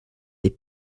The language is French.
des